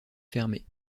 fermée